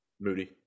Moody